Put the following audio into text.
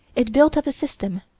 it built up a system,